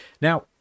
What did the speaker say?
now